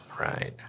Right